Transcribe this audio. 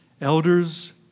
Elders